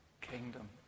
kingdom